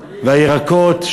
והירקות,